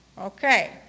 Okay